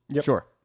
Sure